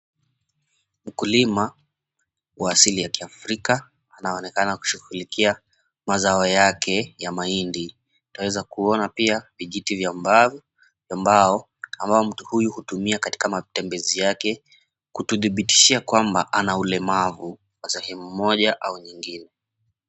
Mkulima wa asili ya kiafrika anaonekana kushughulikia mazao yake ya mahindi. Twaweza kuona pia vijiti vya mbavu vya mbao, ama mtu huyu hutumia katika matembezi yake, kutudhibitishia kwamba ana ulemavu wa sehemu moja au nyingine.